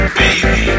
baby